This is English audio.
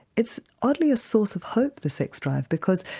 it's oddly a source of hope, the sex drive, because